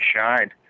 shined